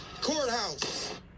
courthouse